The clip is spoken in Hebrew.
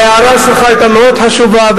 ההערה שלך היתה מאוד חשובה,